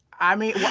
i mean, well,